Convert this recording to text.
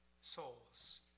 souls